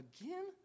Again